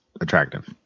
attractive